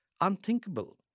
unthinkable